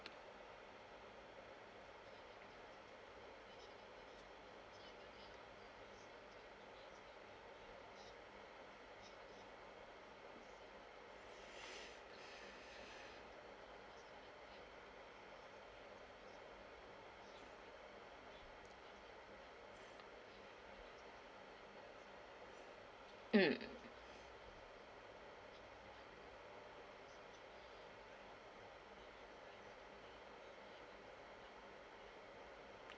mm